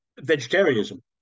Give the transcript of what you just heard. vegetarianism